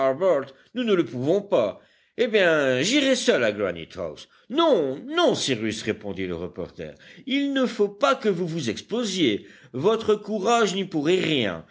nous ne le pouvons pas eh bien j'irai seul à granite house non non cyrus répondit le reporter il ne faut pas que vous vous exposiez votre courage n'y pourrait rien